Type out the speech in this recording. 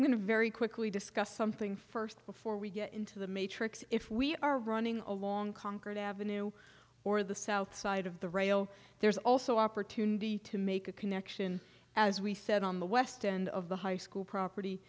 i'm going to very quickly discuss something first before we get into the matrix if we are running along concord avenue or the south side of the rail there's also opportunity to make a connection as we said on the west end of the high school property